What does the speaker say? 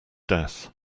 death